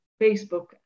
facebook